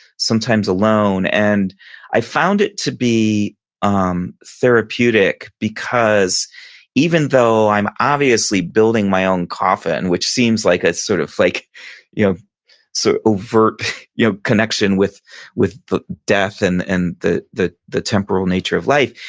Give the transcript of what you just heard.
sometimes alone. and i found it to be um therapeutic because even though i'm obviously building my own coffin, which seems like a sort of like you know so overt you know connection with with the death and and the the temporal nature of life.